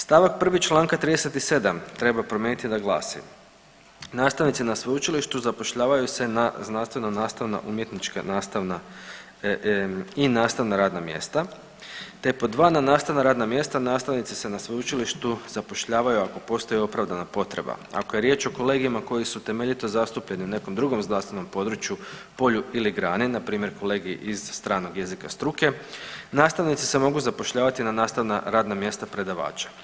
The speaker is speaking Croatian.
St. 1. čl. 37. treba promijeniti da glasi, nastavnici na sveučilištu zapošljavaju se na znanstveno nastavna umjetnička nastavna i nastavna radna mjesta, te pod 2 na nastavna radna mjesta nastavnici se na sveučilištu zapošljavaju ako postoji opravdana potreba, ako je riječ o kolegijima koji su temeljito zastupljeni u nekom drugom znanstvenom području, polju ili grani, npr. kolegij iz stranog jezika struke nastavnici se mogu zapošljavati na nastavna radna mjesta predavača.